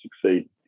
succeed